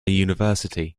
university